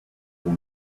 when